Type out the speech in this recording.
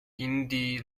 indie